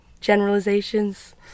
generalizations